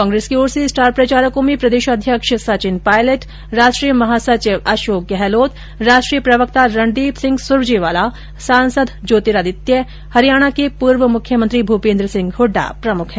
कांग्रेस की ओर से स्टार प्रचारकों में प्रदेशाध्यक्ष सचिन पायलट राष्ट्रीय महासचिव अशोक गहलोत राष्ट्रीय प्रवक्ता रणदीप सिंह सुरजेवाला सांसद ज्योतिरादित्य हरियाणा के पूर्व मुख्यमंत्री भूपेन्द्र सिंह हुड्डा प्रमुख है